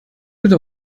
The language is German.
bitte